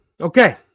Okay